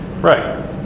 right